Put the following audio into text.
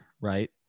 right